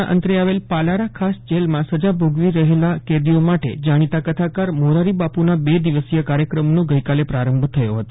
ના અંતરે આવેલ પાલારા ખાસ જેલમાં સજા ભોગવી રફેલા કેદીઓ માટે જાણીતા કથાકાર મેરારિબાપુના બે દિવસીય કાર્યક્રમનો ગઈકાલે પ્રારંભ થયો ફતો